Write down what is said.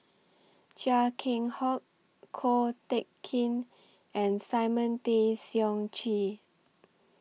Chia Keng Hock Ko Teck Kin and Simon Tay Seong Chee